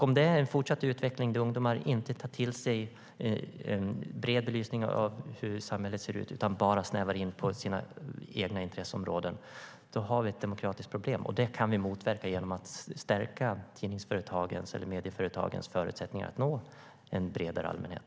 Om detta är en fortsatt utveckling där ungdomar inte tar till sig en bred belysning av hur samhället ser ut, utan bara snävar in på sina egna intresseområden, har vi ett demokratiskt problem. Det kan vi motverka genom att stärka medieföretagens förutsättningar att nå en bredare allmänhet.